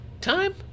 Time